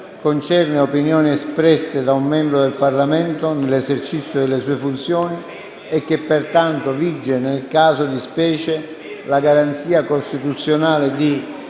concerne opinioni espresse da un membro del Parlamento nell'esercizio delle sue funzioni e che, pertanto, vige nel caso di specie la garanzia costituzionale di